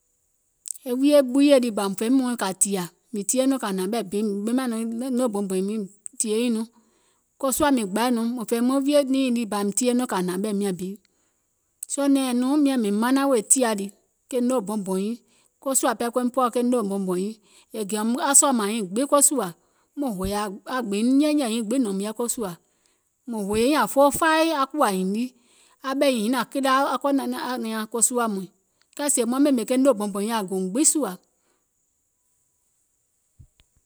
E wuìyè ɓuuyè lii bȧ fèim nɔŋ kȧ tìȧ, mìŋ ɓèmȧŋ nɔŋ noo bɔuŋ bɔ̀ùŋ lii mìŋ tìyèeiŋ nɔŋ ko suȧ miìŋ gbaì nɔŋ mùŋ fèìm nɔŋ wuiyè fiì lii bȧ mìŋ tìyèeiŋ nɔŋ kȧ hnȧŋ ɓɛ̀ miȧŋ biì soo nɛ̀ɛŋ nɔŋ mìŋ manaŋ wèè tìàa lii, ke noo bɔuŋ bɔ̀ùŋ yii, ko sùȧ pɛɛ koim pɔɔ̀ ke noo bɔuŋ bɔ̀ùŋ yii, è gèùm aŋ sɔ̀ɔ̀mȧŋ nyiiŋ gbiŋ ko sùȧ, muŋ hòyȧ aŋ gbìiiŋ nyɛɛnyɛ̀ɛ̀ nyiiŋ gbiŋ nɔ̀ùm yɛi ko sùȧ, mùŋ hòyè nyiìŋ ȧŋ foo fai aŋ kùwȧ hììŋ lii, aŋ bɛ̀ nyiiŋ hiŋ nȧŋ kile aŋ kɔɔ̀ nanȧŋ nyaŋ ko suȧ muìŋ, kɛɛ sèé maŋ ɓèmè ke noo bɔuŋ bɔ̀ùŋ yii ké gèùm aŋ gbi sùȧ,